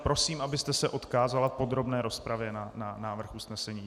Prosím, abyste se odkázala v podrobné rozpravě na návrh usnesení.